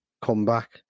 comeback